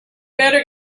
better